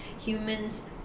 humans